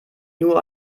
nur